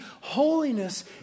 holiness